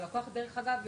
דרך אגב,